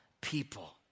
people